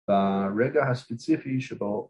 ברגע הספציפי שבו